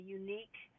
unique